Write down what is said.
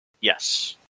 Yes